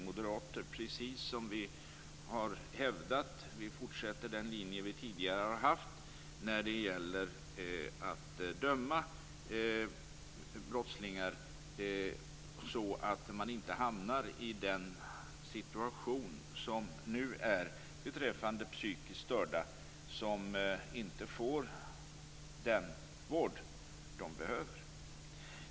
På samma sätt har vi tidigare hävdat vår linje när det gäller att döma brottslingar så att man inte hamnar i den situation som nu råder beträffande psykiskt störda som inte får den vård de behöver.